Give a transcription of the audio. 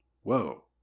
Whoa